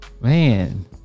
man